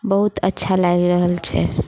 बहुत अच्छा लागि रहल छै